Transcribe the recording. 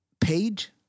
page